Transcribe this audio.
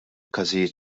każijiet